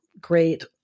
great